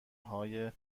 های